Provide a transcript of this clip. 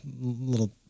little